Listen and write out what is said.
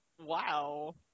Wow